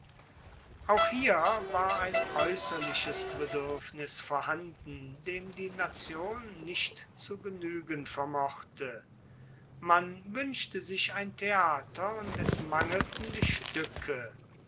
auch hier war ein aeusserliches beduerfnis vorhanden dem die nation nicht zu genuegen vermochte man wuenschte sich ein theater und es mangelten die stuecke